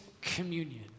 communion